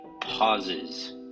pauses